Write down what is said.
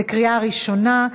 בקריאה ראשונה.